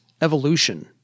evolution